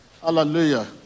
Hallelujah